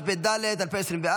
התשפ"ד 2024,